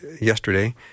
yesterday